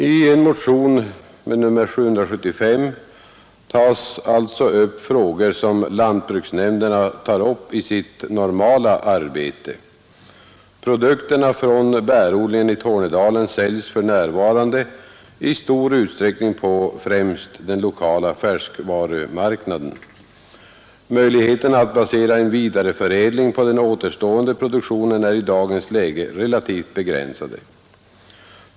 I motionen 775 år 1973 tas alltså upp frågor som lantbruksnämnderna handlägger i sitt normala arbete. Produkterna från bärodlingen i Tornedalen säljs för närvarande i stor utsträckning på främst den lokala färskvarumarknaden. Möjligheterna att basera en vidareförädling på den återstående produktionen är i dagens läge relativt begränsade.